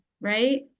Right